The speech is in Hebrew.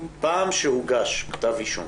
פעם כשהוגש כתב אישום